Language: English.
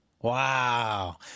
Wow